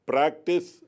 Practice